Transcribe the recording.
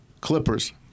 Clippers